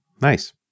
nice